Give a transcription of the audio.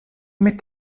mit